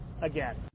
again